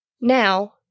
Now